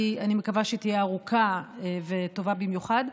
אני מקווה שתהיה ארוכה וטובה במיוחד,